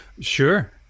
Sure